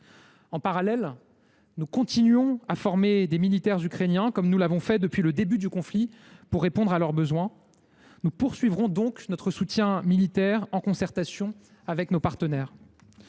En parallèle, nous continuons à former des militaires ukrainiens, comme nous le faisons depuis le début du conflit pour répondre à leurs besoins. Nous poursuivrons donc notre soutien militaire, en concertation avec nos partenaires.